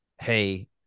hey